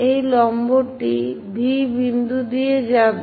এই লম্বটি V বিন্দু দিয়ে যাবে